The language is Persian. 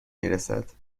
میرسد